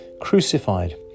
crucified